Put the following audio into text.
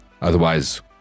otherwise